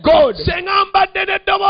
God